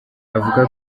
avuga